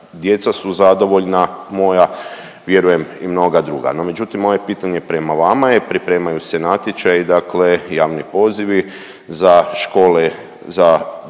djeca su zadovoljna moja, vjerujem i mnoga druga. No međutim, moje prema vama je, pripremaju se natječaji dakle javni pozivi za škole za koje